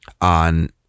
on